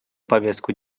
повестку